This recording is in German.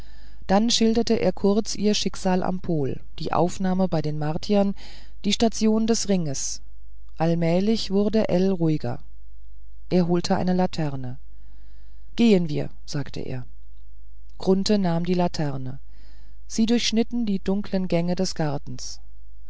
dann schilderte er kurz ihr schicksal am pol die aufnahme bei den martiern die station des ringes allmählich wurde ell ruhiger er holte eine laterne gehen wir sagte er grunthe nahm die laterne sie durchschnitten die dunkeln gänge des gartens